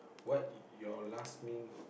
what your last meal